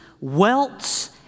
welts